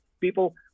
people